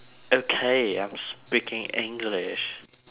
okay I'm speaking english